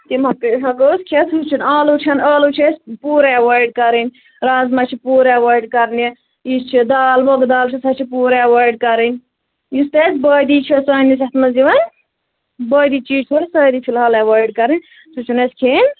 یِم ہیٚکو أسۍ کھیٚتھ ہُہ چھُنہٕ آلو چھنہٕ ٲلوٕ چھِ اسہِ پوٗرٕ ایٚوایڈ کرٕنۍ رازما چھِ پوٗرٕ ایٚوایڈ کرنہِ یہِ چھِ دال مونٛگ دال چھِ سۄ چھِ پوٗرٕ ایٚوایڈ کرٕنۍ یُس تہِ اسہِ بٲدی چھِ سٲنس اتھ منٛز یِوان بٲدی چیٖز چھِ تۅہہِ سٲری فلحال ایٚوایڈ کرٕنۍ سُہ چھنہٕ اسہِ کھیٚنۍ